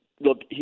Look